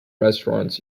restaurants